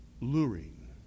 luring